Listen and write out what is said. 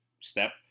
step